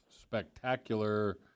spectacular